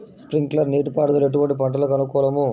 Sprinkler నీటిపారుదల ఎటువంటి పంటలకు అనుకూలము?